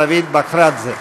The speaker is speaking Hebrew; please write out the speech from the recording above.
דוויד בקרדזה.